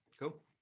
Cool